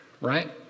Right